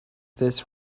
this